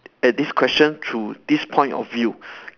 at this question through this point of view